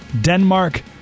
Denmark